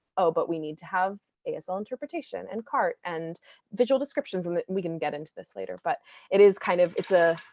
oh, but we need to have asl interpretation, and cart, and visual descriptions. and we can get into this later, but it is kind of, it's a.